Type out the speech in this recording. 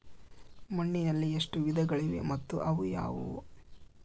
ಮಣ್ಣಿನಲ್ಲಿ ಎಷ್ಟು ವಿಧಗಳಿವೆ ಮತ್ತು ಅವು ಯಾವುವು?